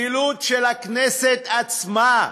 זילות הכנסת עצמה,